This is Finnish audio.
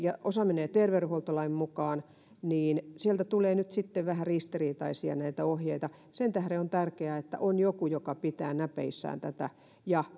ja osa menee terveydenhuoltolain mukaan niin sieltä tulee nyt sitten vähän ristiriitaisia ohjeita sen tähden on tärkeää että on joku joka pitää näpeissään tätä ja